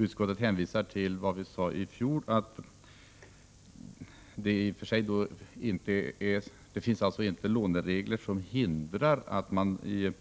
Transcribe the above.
Utskottet hänvisar till vad vi sade i fjol, nämligen att inga låneregler hindrar att man i